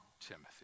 Timothy